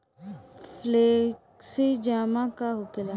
Flexi जमा का होखेला?